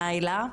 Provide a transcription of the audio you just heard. מרחבא.